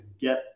get